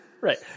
Right